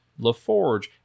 LaForge